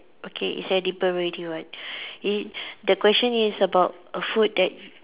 okay it's edible already [what] (pop) the question is about a food that